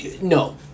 No